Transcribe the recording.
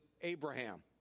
Abraham